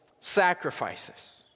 sacrifices